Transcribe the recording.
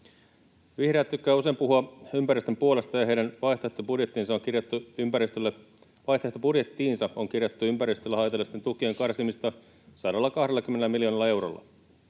Vihreät tykkää usein puhua ympäristön puolesta, ja heidän vaihtoehtobudjettiinsa on kirjattu ympäristölle haitallisten tukien karsimista 120 miljoonalla eurolla.